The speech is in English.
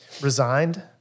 resigned